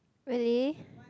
really